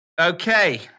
Okay